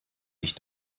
dich